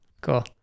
cool